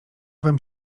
wam